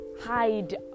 hide